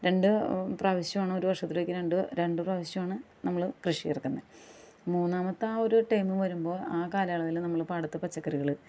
രണ്ട് പ്രാവശ്യമാണ് ഒരു വർഷത്തിലേക്ക് രണ്ട് രണ്ട് പ്രാവശ്യമാണ് നമ്മൾ കൃഷി ഇറക്കുന്നത് മൂന്നാമത്തെ ആ ഒരു ടൈം വരുമ്പോൾ ആ കാലയളവിൽ നമ്മൾ പാടത്ത് പച്ചക്കറികൾ